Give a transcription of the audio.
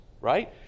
right